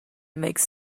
makes